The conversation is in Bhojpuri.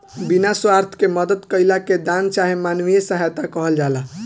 बिना स्वार्थ के मदद कईला के दान चाहे मानवीय सहायता कहल जाला